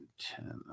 ten